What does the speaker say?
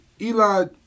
Eli